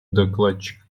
докладчика